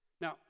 Now